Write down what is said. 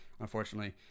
unfortunately